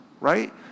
right